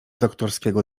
doktorskiego